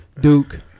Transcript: Duke